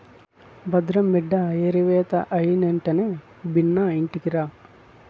భద్రం బిడ్డా ఏరివేత అయినెంటనే బిన్నా ఇంటికిరా